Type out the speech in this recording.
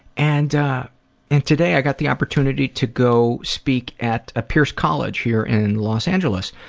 and and today i got the opportunity to go speak at ah pierce college here in los angeles.